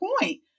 point